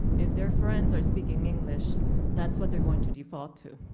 if their friends are speaking english that's what they're going to default to.